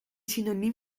synoniem